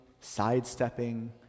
sidestepping